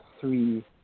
three